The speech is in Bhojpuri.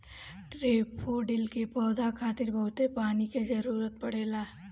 डैफोडिल के पौधा खातिर बहुते पानी के जरुरत पड़ेला